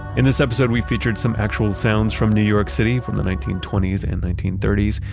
in this episode, we featured some actual sounds from new york city from the nineteen twenty s and nineteen thirty s.